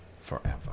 Forever